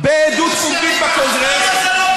בעדות פומבית בקונגרס,